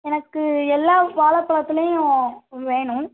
எனக்கு எல்லா வாழைப் பழத்துலையும் வேணும்